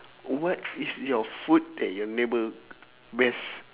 what is your food that your neighbour best